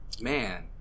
Man